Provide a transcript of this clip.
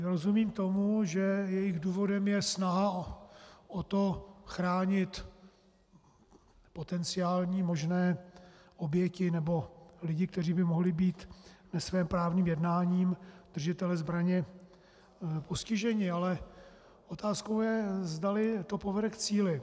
Rozumím tomu, že důvodem je snaha chránit potenciální možné oběti nebo lidi, kteří by mohli být nesvéprávným jednáním držitele zbraně postiženi, ale otázkou je, zdali to povede k cíli.